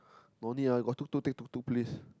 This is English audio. no need ah you got tuk-tuk take tuk-tuk please